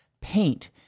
paint